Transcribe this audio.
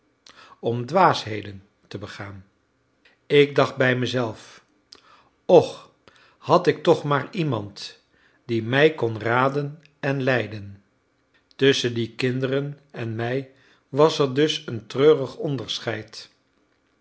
om dwaasheden te begaan ik dacht bij mezelf och had ik toch maar iemand die mij kon raden en leiden tusschen die kinderen en mij was er dus een treurig onderscheid